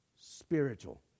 spiritual